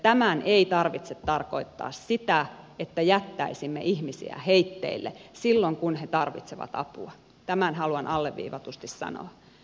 tämän ei tarvitse tarkoittaa sitä että jättäisimme ihmisiä heitteille silloin kun he tarvitsevat apua tämän haluan alleviivatusti sanoa